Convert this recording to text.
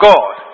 God